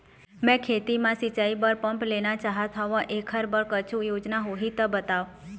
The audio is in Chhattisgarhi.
मैं खेती म सिचाई बर पंप लेना चाहत हाव, एकर बर कुछू योजना होही त बताव?